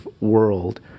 world